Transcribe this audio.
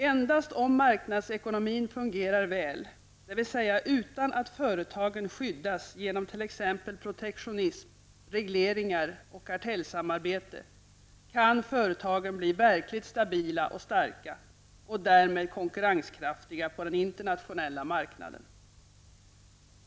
Endast om marknadsekonomin fungerar väl -- dvs. utan att företagen skyddas genom t.ex. kan företagen bli verkligt stabila och starka och därmed konkurrenskraftiga på den internationella marknaden.